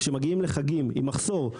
כשמגיעים לחגים עם מחסור,